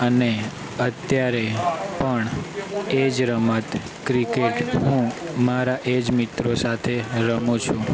અને અત્યારે પણ એ જ રમત ક્રિકેટ હું મારા એ જ મિત્રો સાથે રમું છું